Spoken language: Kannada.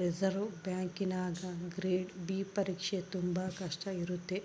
ರಿಸೆರ್ವೆ ಬ್ಯಾಂಕಿನಗ ಗ್ರೇಡ್ ಬಿ ಪರೀಕ್ಷೆ ತುಂಬಾ ಕಷ್ಟ ಇರುತ್ತೆ